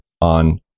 on